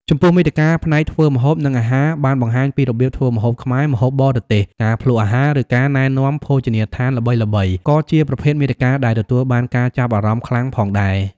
ចំពោះមាតិកាផ្នែកធ្វើម្ហូប និងអាហារ បានបង្ហាញពីរបៀបធ្វើម្ហូបខ្មែរ ម្ហូបបរទេស ការភ្លក្សអាហារ ឬការណែនាំភោជនីយដ្ឋានល្បីៗក៏ជាប្រភេទមាតិកាដែលទទួលបានការចាប់អារម្មណ៍ខ្លាំងផងដែរ។